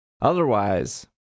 Otherwise